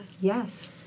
Yes